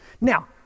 Now